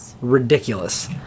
ridiculous